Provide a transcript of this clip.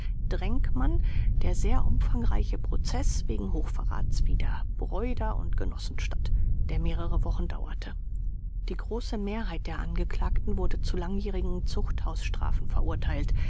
drenkmann der sehr umfangreiche prozeß wegen hochverrats wider bräuder und genossen statt der mehrere wochen dauerte die große mehrheit der angeklagten wurde zu langjährigen zuchthausstrafen verurteilt